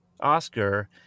Oscar